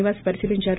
నివాస్ పరిశీలించారు